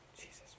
Jesus